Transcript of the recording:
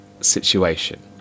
situation